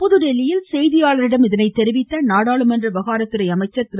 புதுதில்லியில் செய்தியாளர்களிடம் இதனை தெரிவித்த நாடாளுமன்ற விவகாரத்துறை அமைச்சர் திரு